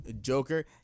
Joker